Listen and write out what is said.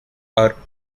are